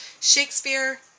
Shakespeare